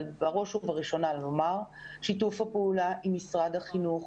בראש ובראשונה לומר ששיתוף הפעולה בין השלטון המקומי עם משרד החינוך